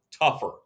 tougher